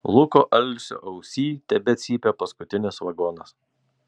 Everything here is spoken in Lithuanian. luko alsio ausyj tebecypia paskutinis vagonas